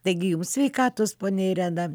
taigi jums sveikatos ponia irena